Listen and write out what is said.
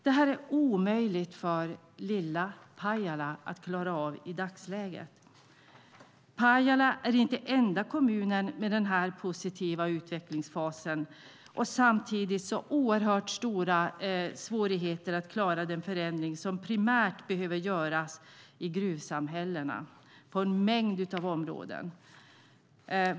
Det är omöjligt för lilla Pajala att klara av detta i dagsläget. Pajala är inte den enda kommunen med den här positiva utvecklingsfasen och samtidigt så stora svårigheter att klara den förändring som primärt behöver göras i gruvsamhällena på en mängd områden.